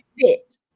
fit